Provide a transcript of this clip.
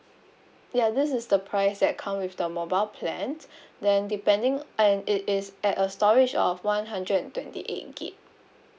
ya this is the price that come with the mobile plan then depending and it is at a storage of one hundred and twenty eight gig